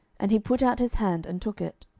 and he put out his hand, and took it.